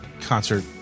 concert